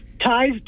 ties